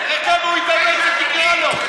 תראה כמה הוא התאמץ שתקרא אותו,